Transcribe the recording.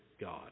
God